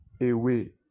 away